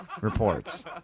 reports